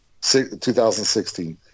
2016